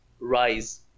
rise